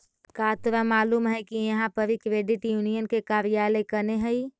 का तोरा मालूम है कि इहाँ पड़ी क्रेडिट यूनियन के कार्यालय कने हई?